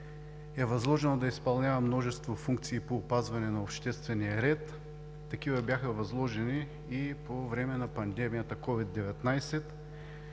е възложено да изпълнява множество функции по опазване на обществения ред – такива бяха възложени и по време на пандемията COVID-19